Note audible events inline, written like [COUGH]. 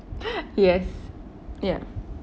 [NOISE] yes ya